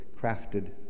crafted